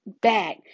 back